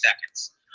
seconds